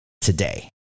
today